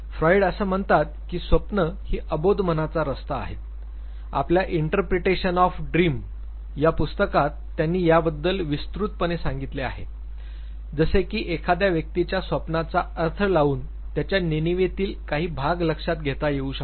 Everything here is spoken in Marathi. फ्राइड असं म्हणतात की ' स्वप्न ही अबोध मनाचा रस्ता आहेत' आपल्या इंटरप्रेटेशन ऑफ ड्रीम या पुस्तकात त्यांनी याबद्दल विस्तृतपणे सांगितले आहे जसे की एखाद्या व्यक्तीच्या स्वप्नाचा अर्थ लावून त्याच्या नेणिवेतील काही भाग लक्षात घेता येऊ शकतो